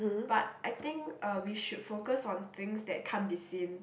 but I think uh we should focus on things that can't be seen